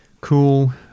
Cool